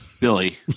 Billy